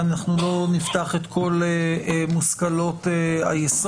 ואנחנו לא נפתח את כל מושכלות היסוד,